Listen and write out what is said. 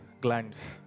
glands